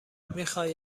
میخوای